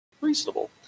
Reasonable